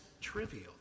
trivial